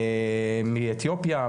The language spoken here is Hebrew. מאתיופיה,